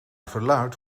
verluidt